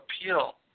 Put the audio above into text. appeal